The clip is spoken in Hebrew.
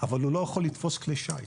אבל הוא לא יכול לתפוס כלי שיט,